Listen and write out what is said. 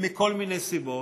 מכל מיני סיבות,